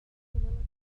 soliloquies